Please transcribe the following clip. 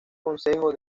consejo